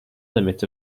limit